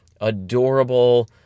adorable